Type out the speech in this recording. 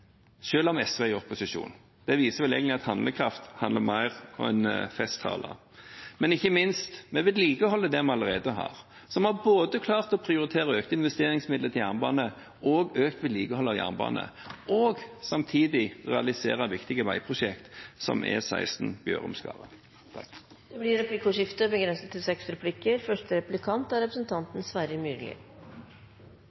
om SV er i opposisjon. Det viser vel egentlig at handlekraft handler om mer enn festtaler. Ikke minst vedlikeholder vi det vi allerede har, så vi har klart både å prioritere økte investeringsmidler til jernbane og økt vedlikehold av jernbane – og samtidig realisere viktige veiprosjekt som E16 Bjørum–Skaret. Det blir replikkordskifte.